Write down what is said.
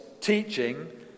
teaching